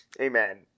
Amen